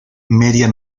media